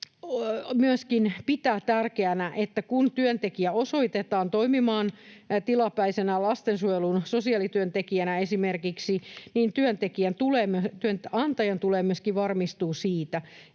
myöskin tärkeänä, että kun työntekijä osoitetaan toimimaan esimerkiksi tilapäisenä lastensuojelun sosiaalityöntekijänä, niin työnantajan tulee myöskin varmistua siitä,